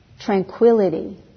tranquility